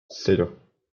cero